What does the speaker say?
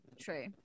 true